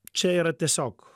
čia yra tiesiog